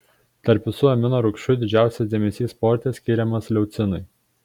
tarp visų amino rūgščių didžiausias dėmesys sporte skiriamas leucinui